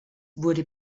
wurde